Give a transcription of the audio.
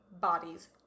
bodies